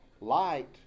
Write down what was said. Light